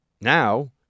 Now